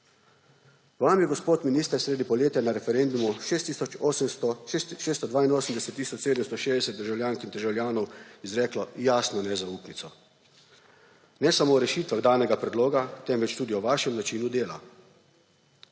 Vam je, gospod minister, sredi poletja na referendumu 682 tisoč 760 državljank in državljanov izreklo jasno nezaupnico ne samo o rešitvah danega predloga, temveč tudi o vašem načinu dela.